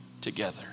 together